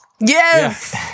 Yes